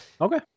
Okay